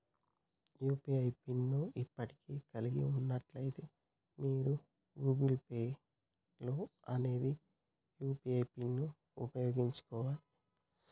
UPI PIN ను ఇప్పటికే కలిగి ఉన్నట్లయితే మీరు గూగుల్ పే లో అదే యూ.పీ.ఐ పిన్ను ఉపయోగించుకోవాలే